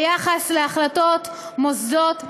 ביחס להחלטות מוסדות המדינה.